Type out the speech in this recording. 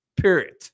Period